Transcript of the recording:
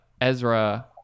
Ezra